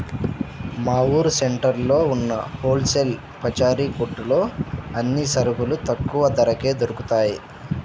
మా ఊరు సెంటర్లో ఉన్న హోల్ సేల్ పచారీ కొట్టులో అన్ని సరుకులు తక్కువ ధరకే దొరుకుతయ్